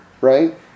right